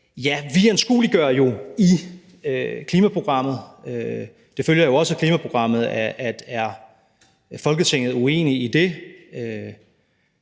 der. Vi anskueliggør jo i klimaprogrammet – det følger jo også af klimaprogrammet – at er Folketinget uenig i det,